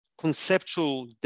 conceptual